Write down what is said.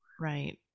right